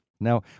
Now